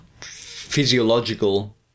physiological